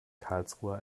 karlsruhe